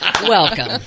Welcome